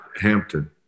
Hampton